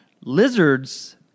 Lizards